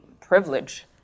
privilege